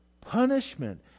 punishment